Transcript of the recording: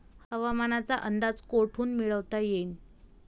हवामानाचा अंदाज कोठून मिळवता येईन?